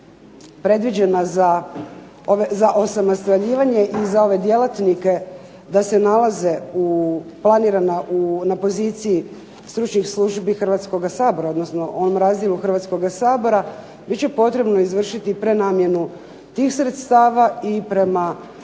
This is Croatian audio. predviđena za osamostaljivanje i za ove djelatnike da se nalaze planirana na poziciji stručnih službi Hrvatskoga sabora, odnosno …/Govornica se ne razumije./… Hrvatskoga sabora, bit će potrebno izvršiti prenamjenu tih sredstava i prema